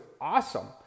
awesome